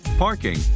parking